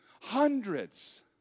hundreds